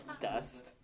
dust